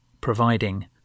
providing –